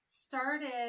Started